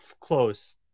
close